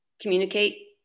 communicate